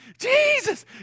Jesus